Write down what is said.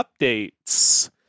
updates